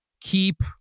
keep